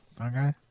Okay